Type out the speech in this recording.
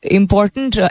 important